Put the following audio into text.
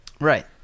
Right